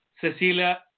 Cecilia